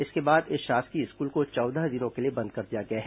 इसके बाद इस शासकीय स्कूल को चौदह दिनों के लिए बंद कर दिया गया है